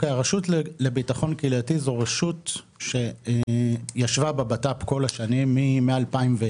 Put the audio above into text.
הרשות לביטחון קהילתי היא רשות שישבה במשרד לביטחון פנים כל השנים.